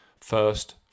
first